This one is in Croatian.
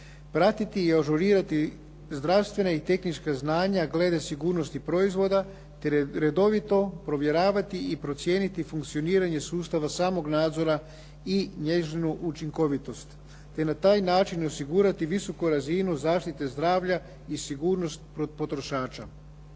pratiti i ažurirati zdravstvena i tehnička znanja glede sigurnosti proizvoda te redovito provjeravati i procjenjivati funkcioniranje sustava samog nadzora i njezinu učinkovitost te na taj način osigurati visoku razinu zaštite zdravlja i sigurnost potrošača.